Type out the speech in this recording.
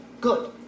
Good